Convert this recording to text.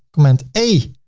command a,